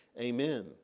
Amen